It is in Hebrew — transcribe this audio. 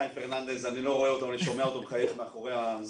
חיים פרננדס אני לא רואה אותו אבל אני שומע אותו מחייך מאחורי הזום.